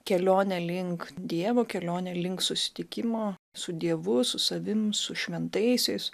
kelionė link dievo kelionė link susitikimo su dievu su savim su šventaisiais